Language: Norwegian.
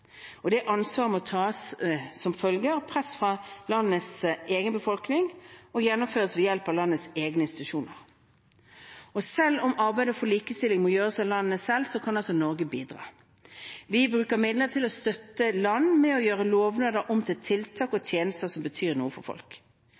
Det ansvaret må tas som følge av press fra landenes egen befolkning og gjennomføres ved hjelp av landenes egne institusjoner. Selv om arbeidet for likestilling må gjøres av landene selv, kan altså Norge bidra. Vi bruker midler til å støtte land med å gjøre lovnader om til tiltak og